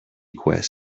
quest